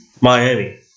Miami